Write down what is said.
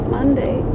Monday